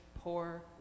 poor